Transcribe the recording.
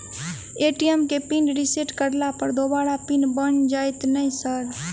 ATM केँ pin reset करला पर दोबारा पिन बन जाइत नै सर?